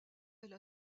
elle